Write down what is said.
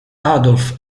adolf